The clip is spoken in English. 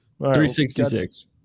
366